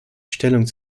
stellung